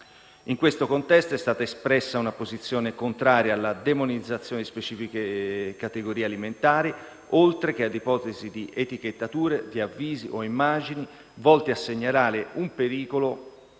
In questo contesto è stata espressa una posizione contraria alla demonizzazione di specifiche categorie alimentari oltre che ad ipotesi di etichettature, di avvisi e immagini volte a segnalare un pericolo